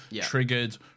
triggered